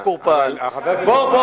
רק שנייה, רק שנייה, חבר הכנסת, בוא, בוא.